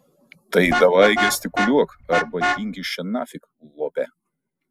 tai davai gestikuliuok arba dink iš čia nafig lope